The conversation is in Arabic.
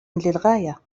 للغاية